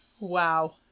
wow